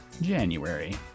January